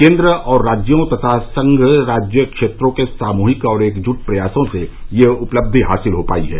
केंद्र और राज्यों तथा संघ राज्य क्षेत्रों के सामूहिक और एकजुट प्रयासों से यह उपलब्धि हासिल हो पाई है